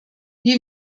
wie